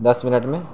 دس minute میں